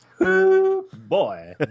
Boy